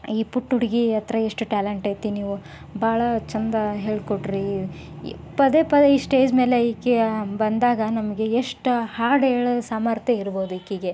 ಈ ಪುಟ್ಟ ಹುಡುಗಿ ಹತ್ರ ಎಷ್ಟು ಟ್ಯಾಲೆಂಟ್ ಐತಿ ನೀವು ಭಾಳ ಚಂದ ಹೇಳಿಕೊಟ್ರಿ ಪದೇ ಪದೇ ಈ ಸ್ಟೇಜ್ ಮೇಲೆ ಈಕೆ ಬಂದಾಗ ನಮಗೆ ಎಷ್ಟು ಹಾಡು ಹೇಳೋ ಸಾಮರ್ಥ್ಯ ಇರ್ಬೋದು ಈಕೆಗೆ